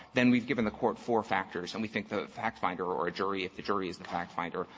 then we've given the court four factors, and we think the fact-finder or a jury, if the jury is the fact-finder,